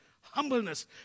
Humbleness